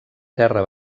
terra